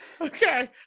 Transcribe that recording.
Okay